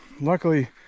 luckily